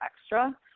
extra